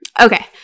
Okay